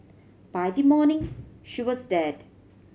by the morning she was dead